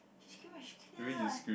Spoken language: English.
she scream she scream damn loud eh